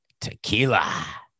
Tequila